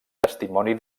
testimoni